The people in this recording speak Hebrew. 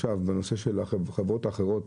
עכשיו בנושא של החברות האחרות,